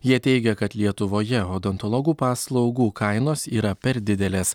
jie teigia kad lietuvoje odontologų paslaugų kainos yra per didelės